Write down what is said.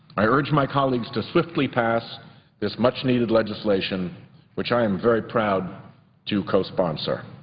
i urge my colleagues to swiftly pass this much-needed legislation which i am very proud to cosponsor.